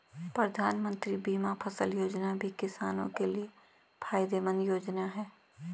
प्रधानमंत्री बीमा फसल योजना भी किसानो के लिये फायदेमंद योजना है